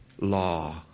law